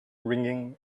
ringing